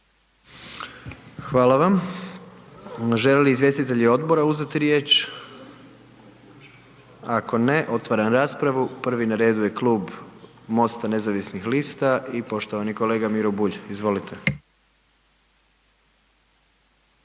Hvala vam. Žele li izvjestitelji odbora uzeti riječ? Ako ne, otvaram raspravu, prvi na redu je Klub Mosta nezavisnih lista i poštovani kolega Miro Bulj, izvolite.